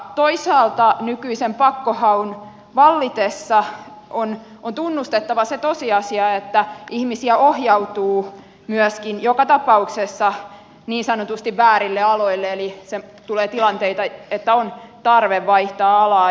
toisaalta nykyisen pakkohaun vallitessa on tunnustettava se tosiasia että ihmisiä ohjautuu myöskin joka tapauksessa niin sanotusti väärille aloille eli tulee tilanteita että on tarve vaihtaa alaa